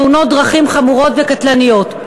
תאונות דרכים חמורות וקטלניות.